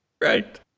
right